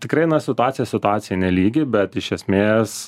tikrai na situacija situacijai nelygi bet iš esmės